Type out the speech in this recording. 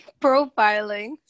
profiling